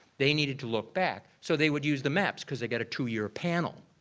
they needed to look back. so they would use the maps because they got a two-year panel.